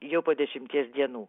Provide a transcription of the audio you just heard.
jau po dešimties dienų